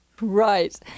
Right